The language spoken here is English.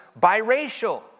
biracial